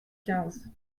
quinze